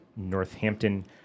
Northampton